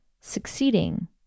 succeeding